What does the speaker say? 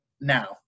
now